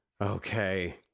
Okay